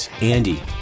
Andy